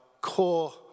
core